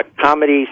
comedy